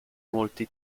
molti